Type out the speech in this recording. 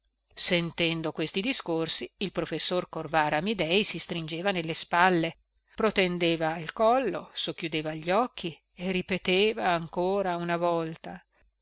sentendo questi discorsi il professor corvara amidei si stringeva nelle spalle protendeva il collo socchiudeva gli occhi e ripeteva ancora una volta